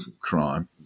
crime